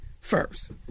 first